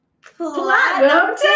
platinum